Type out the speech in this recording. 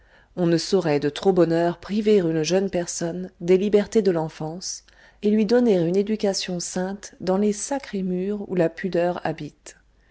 on ne sauroit de trop bonne heure priver une jeune personne des libertés de l'enfance et lui donner une éducation sainte dans les sacrés murs où la pudeur habite